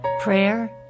Prayer